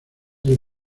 del